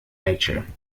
nature